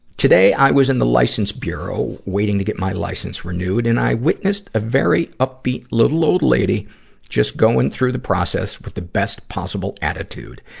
today, i was in the license bureau, waiting to get my license renewed, and i witnessed a very upbeat, little old lady just going through the process with the best possible attitude.